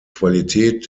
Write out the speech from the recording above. qualität